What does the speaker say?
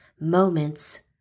moments